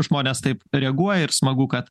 žmonės taip reaguoja ir smagu kad